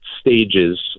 stages